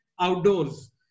outdoors